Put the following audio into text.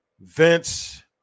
vince